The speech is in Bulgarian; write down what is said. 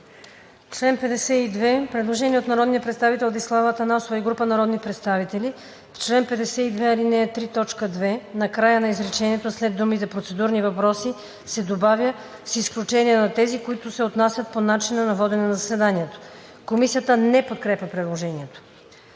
чл. 52 има предложение на народния представител Десислава Атанасова и група народни представители: „В чл. 52, ал. 3, т. 2 накрая на изречението след думите „процедурни въпроси“ се добавя „с изключение на тези, които се отнасят по начина на водене на заседанието“.“ Комисията не подкрепя предложението.